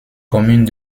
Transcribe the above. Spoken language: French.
communes